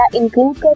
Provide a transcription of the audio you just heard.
include